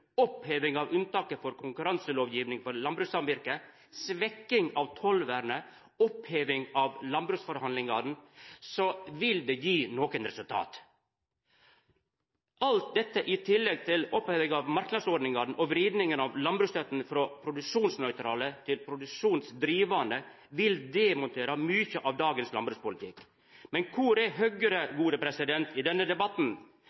oppheving av unntaket for konkurranselovgiving for landbrukssamvirket, svekking av tollvernet og oppheving av landbruksforhandlingane, vil det gi resultat. Alt dette i tillegg til opphevinga av marknadsordningane og vridinga av landbruksstøtta frå produksjonsnøytral til produksjonsdrivande, vil demontera mykje av dagens landbrukspolitikk. Men kor er Høgre i denne debatten?